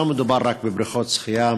לא מדובר רק בבריכות שחייה,